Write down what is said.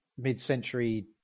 mid-century